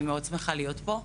אני מאוד שמחה להיות פה.